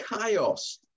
chaos